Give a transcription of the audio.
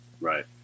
Right